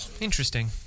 Interesting